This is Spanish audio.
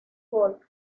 folk